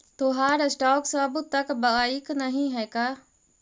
तोहार स्टॉक्स अब तक बाइक नही हैं का